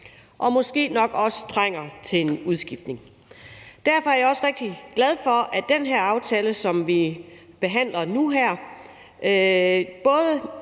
og måske nok også trænger til en udskiftning. Derfor er jeg også rigtig glad for, at den her aftale, som vi behandler nu her, både